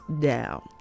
down